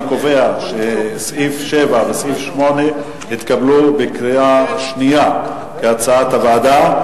אני קובע שסעיפים 7 ו-8 נתקבלו בקריאה שנייה כהצעת הוועדה.